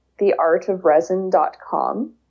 theartofresin.com